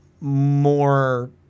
more